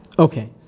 Okay